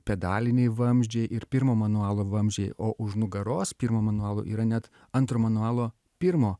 pedaliniai vamzdžiai ir pirmo manualo vamzdžiai o už nugaros pirma manualo yra net antro manualo pirmo